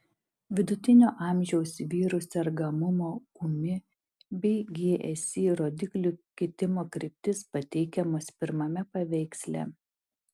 vidutinio amžiaus vyrų sergamumo ūmi bei gsi rodiklių kitimo kryptys pateikiamos pirmame paveiksle